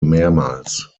mehrmals